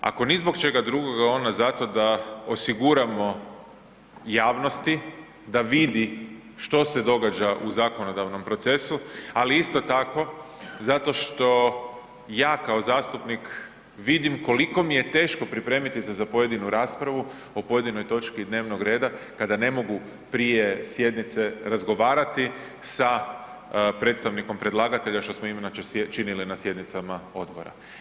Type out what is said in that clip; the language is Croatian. Ako ni zbog čega drugoga, onda zato da osiguramo javnosti da vidi što se događa u zakonodavnom procesu, ali isto tako, zato što ja kao zastupnik vidim koliko mi je teško pripremiti se za pojedinu raspravu o pojedinoj točki dnevnog reda kada ne mogu prije sjednice razgovarati sa predstavnikom predlagatelja, što smo inače činili na sjednicama odbora.